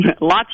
lots